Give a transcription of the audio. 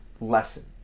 lesson